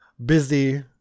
Busy